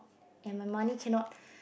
and my money cannot